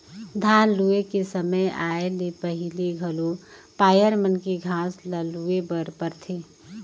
धान लूए के समे आए ले पहिले घलो पायर मन के घांस ल लूए बर परथे